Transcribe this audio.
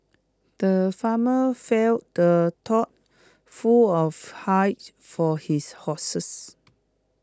the farmer filled the tough full of hay for his horses